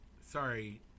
sorry